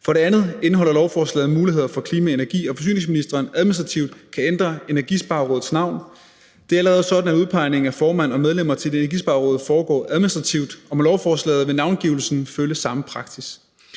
Dernæst indeholder lovforslaget muligheder for, at klima-, energi- og forsyningsministeren administrativt kan ændre Energisparerådets navn. Det er allerede sådan, at udpegningen af formand og medlemmer til Energisparerådet foregår administrativt, og med lovforslaget vil navngivelsen følge samme praksis.